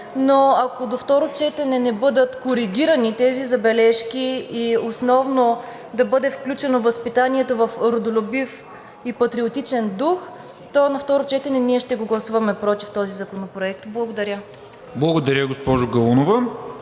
но ако до второ четене не бъдат коригирани тези забележки и основно да бъде включено възпитанието в родолюбив и патриотичен дух, то на второ четене ще гласуваме против този законопроект. Благодаря. ПРЕДСЕДАТЕЛ НИКОЛА